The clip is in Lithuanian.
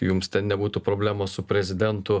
jums ten nebūtų problemos su prezidentu